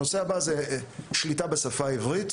הנושא הבא הוא שליטה בשפה העברית.